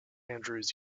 andrews